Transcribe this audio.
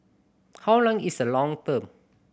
how long is the long term